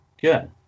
good